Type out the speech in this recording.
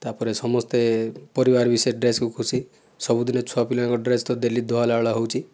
ତା'ପରେ ସମସ୍ତେ ପରିବାର ବି ସେମିତିଆ ସବୁ ଖୁସି ସବୁଦିନେ ଛୁଆପିଲାଙ୍କ ଡ୍ରେସ୍ ତ ଡ଼େଲି ଧୁଆ ହେଲା ଭଳିଆ ହେଉଛି